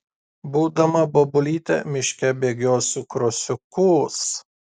būdama bobulyte miške bėgiosiu krosiukus